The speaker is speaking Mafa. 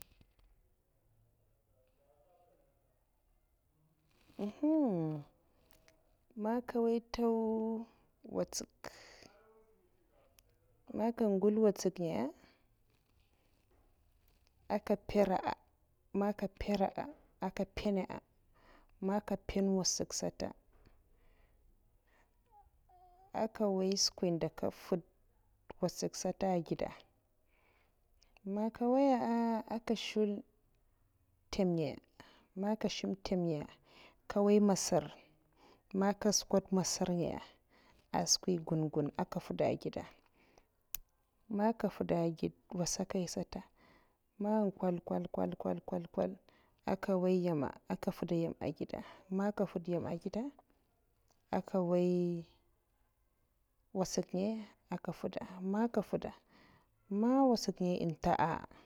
umhumm man nka nwoy ntow watsak man ngul nwatsak ngaya aka mpera'a man ka mpera'a aka mpena man ka mpenna nwatsak sata aka nwoy skwi nda aka n'fwuda watsak sata ageda man ka nwoya a nka shula ntem'ngaya man nka nsula ntema ngaya, nka nwoy ka masar man nka chukwo masar'ngaya askwi gun guna aka nfwuda ageda man ka fwuda a'gida watsakaisata man ngau ngwath ngwath ngwath ngwath, aka nwyo nyema'a nfwuda nyem eh gida'a man nka nfwuda nyem agida aka nwoy nwatsak'ngaya aka nfwuda man ka nfwuda, nenga watsak'ngaya en'nta.